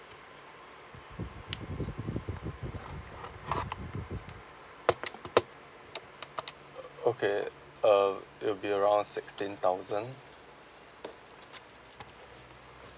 uh okay uh it will be around sixteen thousand